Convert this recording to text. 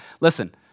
Listen